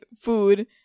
food